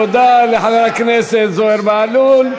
תודה לחבר הכנסת זוהיר בהלול.